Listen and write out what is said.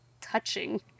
touching